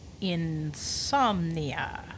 Insomnia